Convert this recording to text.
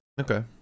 Okay